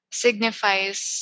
signifies